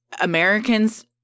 Americans